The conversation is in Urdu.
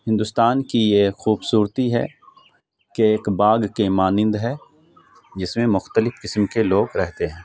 ہندوستان کی یہ خوبصورتی ہے کہ ایک باغ کے مانند ہے جس میں مختلف قسم کے لوگ رہتے ہیں